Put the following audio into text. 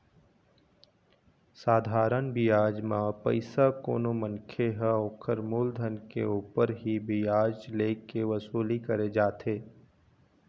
साधारन बियाज म पइसा कोनो मनखे ह ओखर मुलधन के ऊपर ही बियाज ले के वसूली करे जाथे